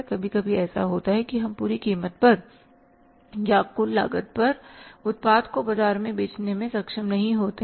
कभी कभी ऐसा होता है कि हम पूरी कीमत पर या कुल लागत पर उत्पाद को बाजार में बेचने में सक्षम नहीं होते हैं